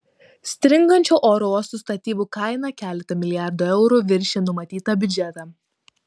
stringančių oro uosto statybų kaina keletu milijardų eurų viršija numatytą biudžetą